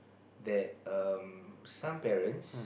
that um some parents